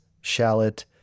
shallot